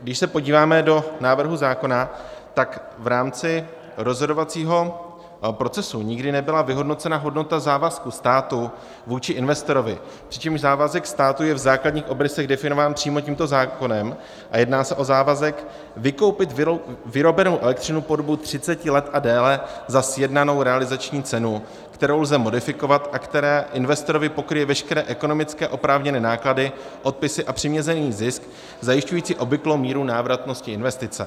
Když se podíváme do návrhu zákona, tak v rámci rozhodovacího procesu nikdy nebyla vyhodnocena hodnota závazku státu vůči investorovi, přičemž závazek státu je v základních obrysech definován přímo tímto zákonem a jedná se o závazek vykoupit vyrobenou elektřinu po dobu třiceti let a déle za sjednanou realizační cenu, kterou lze modifikovat a která investorovi pokryje veškeré ekonomické oprávněné náklady, odpisy a přiměřený zisk zajišťující obvyklou míru návratnosti investice.